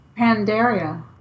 Pandaria